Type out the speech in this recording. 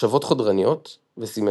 מחשבות חודרניות וסימטריה.